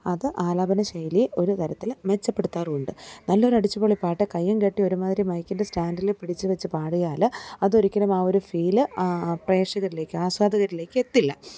അത് ആലാപനശൈലി ഒരു തരത്തിൽ മെച്ചപ്പെടുത്താറുമുണ്ട് നല്ലൊരടിച്ചുപൊളിപ്പാട്ട് കയ്യും കെട്ടി ഒരുമാതിരി മൈക്കിന്റെ സ്റ്റാൻറ്റിഡിൽ പിടിച്ചുവെച്ച് പാടിയാൽ അതൊരിക്കലും ആ ഒരു ഫീൽ പ്രേക്ഷകരിലേക്ക് ആസ്വാദകരിലേക്ക് എത്തില്ല